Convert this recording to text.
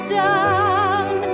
down